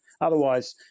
Otherwise